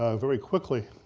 ah very quickly,